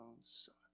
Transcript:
son